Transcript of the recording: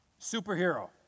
superhero